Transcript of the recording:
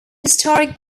historic